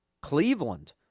Cleveland